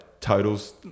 totals